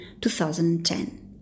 2010